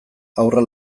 haurra